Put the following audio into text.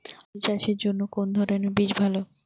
আলু চাষের জন্য কোন ধরণের বীজ ভালো?